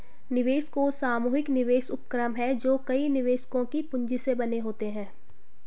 निवेश कोष सामूहिक निवेश उपक्रम हैं जो कई निवेशकों की पूंजी से बने होते हैं